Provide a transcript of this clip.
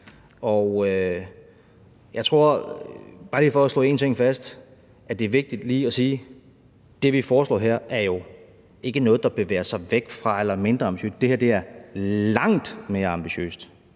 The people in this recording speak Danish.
Og jeg tror – bare lige for at slå én ting fast – at det er vigtigt lige at sige, at det, vi foreslår her, jo ikke er noget, der bevæger sig væk fra det eller er mindre ambitiøst; det her er langt mere ambitiøst